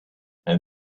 and